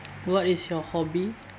what is your hobby